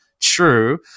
True